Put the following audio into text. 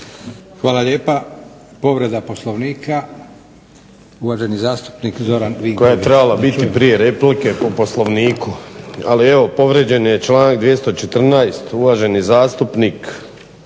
Hvala lijepa. Povreda Poslovnika, uvaženi zastupnik Zoran Vinković. **Vinković, Zoran (HDSSB)** Koja je trebala biti prije replike po Poslovniku, ali evo povrijeđen je članak 214. Uvaženi zastupnik